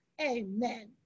Amen